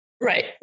Right